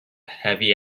heavy